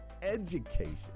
education